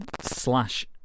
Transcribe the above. slash